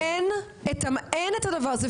שקר, אין דבר כזה.